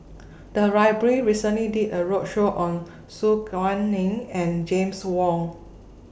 The Library recently did A roadshow on Su Guaning and James Wong